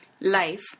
Life